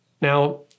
Now